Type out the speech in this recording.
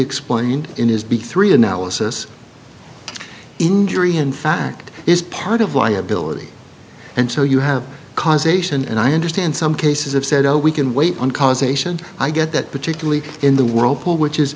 explained in his big three analysis injury in fact is part of liability and so you have causation and i understand some cases have said oh we can wait on causation i get that particularly in the whirlpool which is